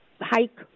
hike